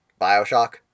Bioshock